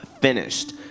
finished